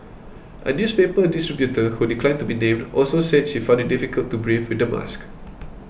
a newspaper distributor who declined to be named also said she found it difficult to breathe with the mask